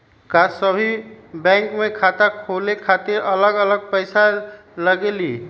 का सभी बैंक में खाता खोले खातीर अलग अलग पैसा लगेलि?